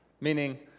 Meaning